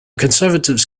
conservatives